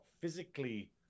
physically